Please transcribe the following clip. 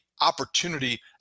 opportunity